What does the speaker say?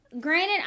Granted